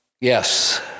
Yes